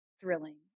thrilling